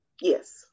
Yes